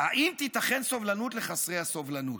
היא האם תיתכן סובלנות לחסרי הסובלנות?